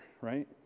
right